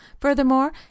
furthermore